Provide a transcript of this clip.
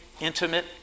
intimate